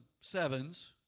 sevens